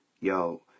yo